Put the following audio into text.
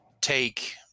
take